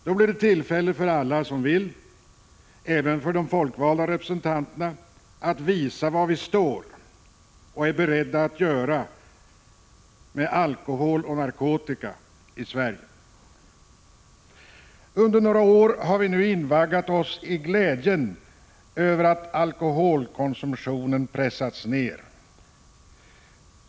Då blir det tillfälle för alla som vill, även för de folkvalda representanterna, att visa var vi står och vad vi är beredda att göra med alkoholen och narkotikan i Sverige. Under några år har vi ”invaggat oss” i glädjen över att alkoholkonsumtionen pressats ned.